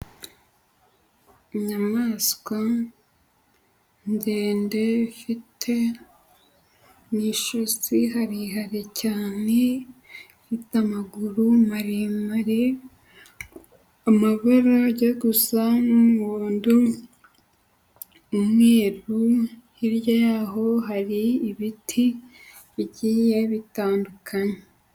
Inyamaswa ndende ifite mu ijosi harehare cyane. Ifite amaguru maremare, amabara ajya gusa n'umuhondo, umweru. Hirya yaho hari ibiti bigiye bitandukanye.